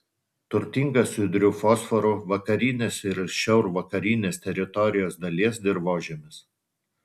turtingas judriu fosforu vakarinės ir šiaurvakarinės teritorijos dalies dirvožemis